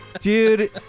Dude